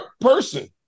person